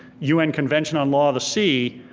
un convention on law of the sea,